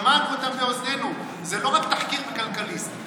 שמענו אותם באוזנינו, זה לא רק תחקיר בכלכליסט.